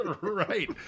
Right